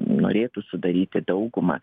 norėtų sudaryti daugumą